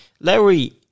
Larry